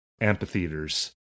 amphitheaters